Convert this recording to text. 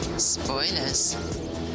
Spoilers